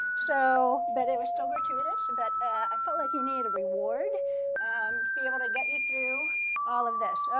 so but it was still gratuitous. but i felt like we need a reward um to be able to get you through all of this.